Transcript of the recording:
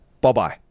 Bye-bye